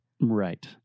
Right